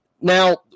Now